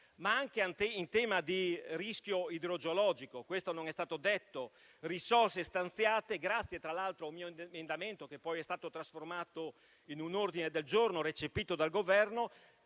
*ad hoc*. In tema di rischio idrogeologico - questo non è stato detto - sono state stanziate risorse grazie tra l'altro a un mio emendamento, che poi è stato trasformato in un ordine del giorno recepito dal Governo,